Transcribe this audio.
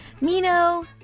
Mino